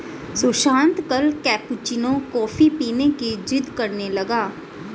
सुशांत कल cappuccino coffee पीने की जिद्द करने लगा